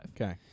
Okay